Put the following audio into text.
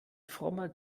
frommer